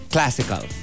Classical